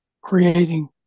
creating